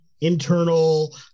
internal